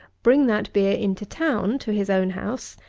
bring that beer into town to his own house,